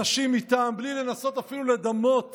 אנשים מטעם, בלי לנסות אפילו לדמות